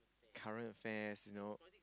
current affairs you know